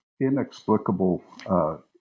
inexplicable